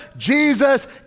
jesus